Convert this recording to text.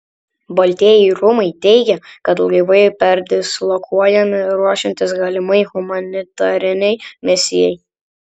baltieji rūmai teigia kad laivai perdislokuojami ruošiantis galimai humanitarinei misijai